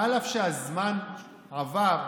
אף שהזמן עבר,